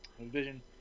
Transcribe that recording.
Vision